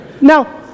Now